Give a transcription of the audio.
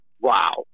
wow